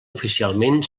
oficialment